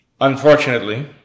Unfortunately